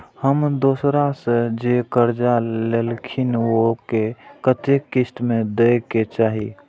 हम दोसरा से जे कर्जा लेलखिन वे के कतेक किस्त में दे के चाही?